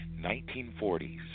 1940s